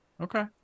okay